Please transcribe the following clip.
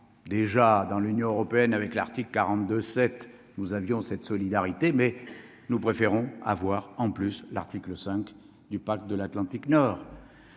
déjà dans l'Union européenne avec l'article 42 7 nous avions cette solidarité mais nous préférons avoir en plus l'article 5 du parc de l'Atlantique nord,